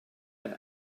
have